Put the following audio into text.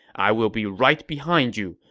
i will be right behind you.